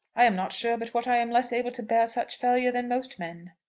i am not sure but what i am less able to bear such failure than most men.